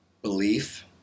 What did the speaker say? belief